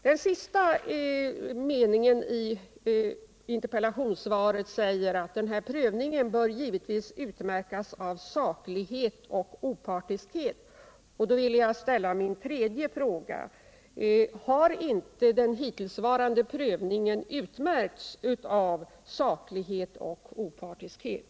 | Den sista meningen i interpellationssvaret lyder: ”Denna prövning bör givetvis utmärkas av saklighet och opartiskhet.” Jag vill då ställa min tredje fråga: Har inte den hittillsvarande prövningen utmärkts av saklighet och opartiskhet”?